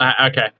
Okay